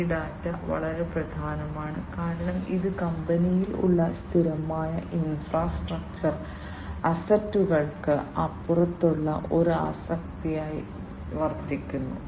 ഈ ഡാറ്റ വളരെ പ്രധാനമാണ് കാരണം ഇത് കമ്പനിയിൽ ഉള്ള സ്ഥിരമായ ഇൻഫ്രാസ്ട്രക്ചർ അസറ്റുകൾക്ക് അപ്പുറത്തുള്ള ഒരു ആസ്തിയായി വർത്തിക്കുന്നു